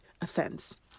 offense